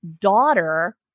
daughter